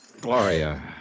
Gloria